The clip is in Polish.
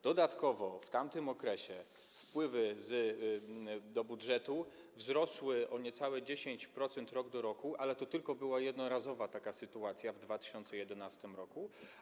Dodatkowo w tamtym okresie wpływy do budżetu wzrosły o niecałe 10% rok do roku, ale to była tylko jednorazowa taka sytuacja w 2011 r.